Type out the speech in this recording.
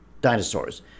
dinosaurs